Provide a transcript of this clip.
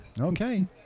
okay